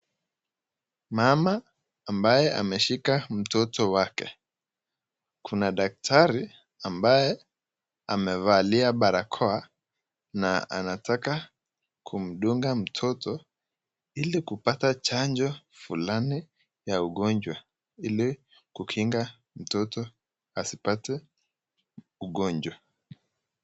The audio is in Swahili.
Mama ambaye ameshika mtoto wake. Kuna daktari ambaye amevalia barakoa na anataka kumdunga mtoto ili kupata chanjo fulani ya ugonjwa ili kukinga mtoto asipate ugojwa.